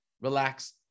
relax